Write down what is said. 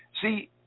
See